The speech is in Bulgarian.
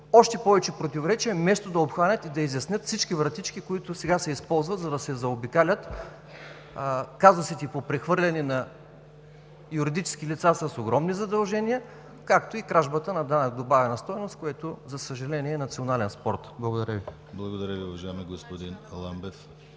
още повече противоречия вместо да обхванат и да изяснят всички вратички, които сега се използват, за да се заобикалят казусите по прехвърляне на юридически лица с огромни задължения, както и кражбата на данък добавена стойност, което, за съжаление, е национален спорт. Благодаря Ви. ПРЕДСЕДАТЕЛ ДИМИТЪР ГЛАВЧЕВ: Благодаря Ви, уважаеми господин Ламбев.